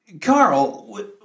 Carl